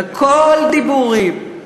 הכול דיבורים,